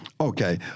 Okay